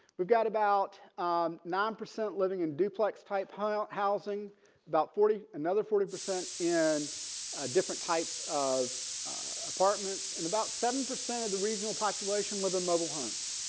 we've got about nine percent living in duplex type pile housing about forty another forty percent in ah different types of apartments and about seven percent of the regional population live in mobile homes.